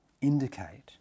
indicate